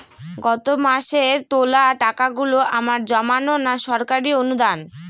গত মাসের তোলা টাকাগুলো আমার জমানো না সরকারি অনুদান?